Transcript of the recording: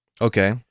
Okay